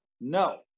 No